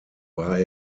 war